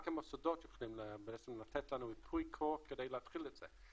רק המוסדות יכולים לתת לנו ייפוי כוח כדי להתחיל את זה.